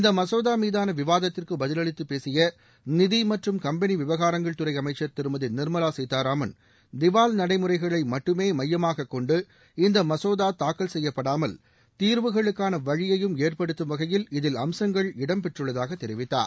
இந்த மசோதாமீதான விவாதத்திற்கு பதிலளித்துப் பேசிய நிதி மற்றும் கம்பெனி விவகாரங்கள் துறை அமைச்சர் திருமதி நிர்மவா சீதாராமன் திவால் நடைமுறைகளை மட்டுமே மையமாகக் கொண்டு இந்த மசோதா தாக்கல் செய்யப்படாமல் தீர்வுகளுக்காள வழியையும் ஏற்படுத்தும் வகையில் இதில் அம்சங்கள் இடம்பெற்றுள்ளதாக தெரிவித்தார்